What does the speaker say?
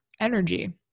energy